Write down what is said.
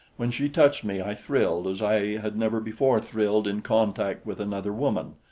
when she touched me, i thrilled as i had never before thrilled in contact with another woman.